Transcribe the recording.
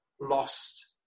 lost